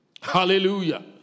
Hallelujah